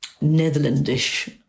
Netherlandish